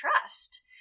trust